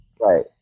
Right